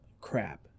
crap